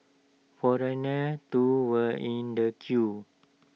foreigners too were in the queue